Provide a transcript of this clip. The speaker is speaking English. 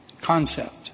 concept